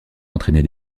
entraînée